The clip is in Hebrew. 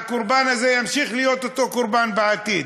והקורבן הזה ימשיך להיות אותו קורבן בעתיד,